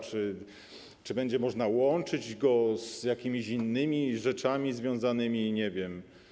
Czy będzie można łączyć go z jakimiś innymi rzeczami związanymi z, nie wiem.